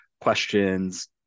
questions